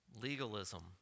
legalism